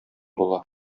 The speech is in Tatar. була